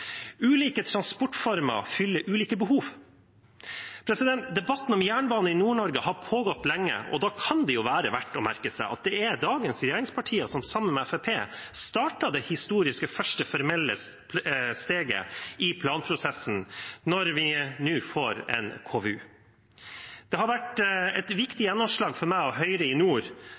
Ulike transportformer fyller ulike behov. Debatten om jernbane i Nord-Norge har pågått lenge, og da kan det være verdt å merke seg at det er dagens regjeringspartier som, sammen med Fremskrittspartiet, tok det historiske, første formelle steget i planprosessen, når vi nå får en KVU. Det har vært et viktig gjennomslag for meg og Høyre i nord,